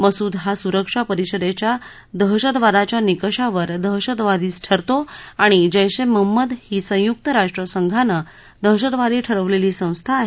मसूद हा सुरक्षा परिषदेच्या दहशतवादाच्या निकषावर दहशतवादीच ठरतो आणि जैश ए महम्मद ही संयुक्त राष्ट्रसंघानं दहशतवादी ठरवलेली संस्था आहे